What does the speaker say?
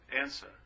answer